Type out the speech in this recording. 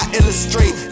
illustrate